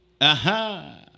Aha